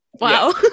Wow